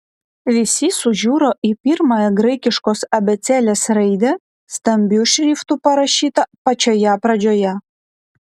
visi sužiuro į pirmąją graikiškos abėcėlės raidę stambiu šriftu parašytą pačioje pradžioje